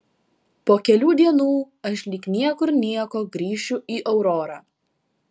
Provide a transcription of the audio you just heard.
po kelių dienų aš lyg niekur nieko grįšiu į aurorą